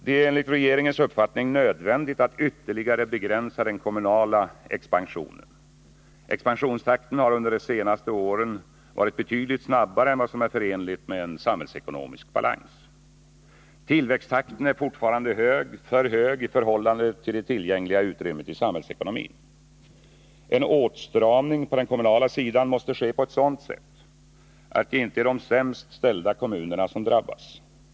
Det är enligt regeringens uppfattning nödvändigt att ytterligare begränsa den kommunala expansionen. Expansionstakten har under de senaste åren varit betydligt snabbare än vad som är förenligt med en samhällsekonomisk balans. Tillväxttakten är fortfarande för hög i förhållande till det tillgängliga utrymmet i samhällsekonomin. En åtstramning på den kommunala sidan måste ske på ett sådant sätt att det inte är de sämst ställda kommunerna som drabbas.